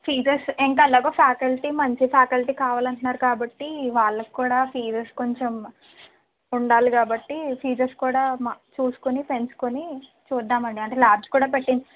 fees ఇంకెలాగో faculty మంచి faculty కావాలంటున్నారు కాబట్టి వాళ్ళక్కూడా ఫీజేస్ కొంచెం ఉండాలి కాబట్టి ఫీజేస్ కూడా మా చూసుకొని పెంచుకొని చూద్దామండి అంటే లాడ్జ్ కూడా పెట్టి